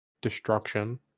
destruction